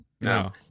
No